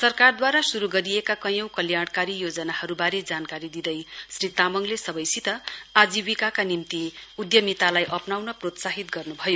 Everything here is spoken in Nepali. सरकारद्वारा शुरु गरिएका कैयौं कल्याणकारी योजनाहरुवारे जानकारी दिँदै श्री तामङले सवैसित आजीविकाका निम्ति अद्यमितालाई अप्नाउन प्रोत्साहित गर्नुभयो